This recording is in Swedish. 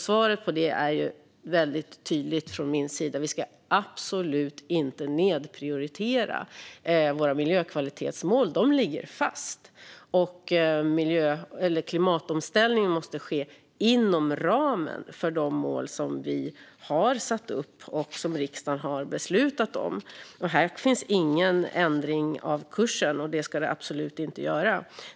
Svaret på det är väldigt tydligt från min sida: Vi ska absolut inte nedprioritera våra miljökvalitetsmål. De ligger fast. Och klimatomställningen måste ske inom ramen för de mål som vi har satt upp och som riksdagen har beslutat om. Här finns ingen ändring av kursen, och det ska det absolut inte göra.